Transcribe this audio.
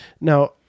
Now